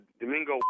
Domingo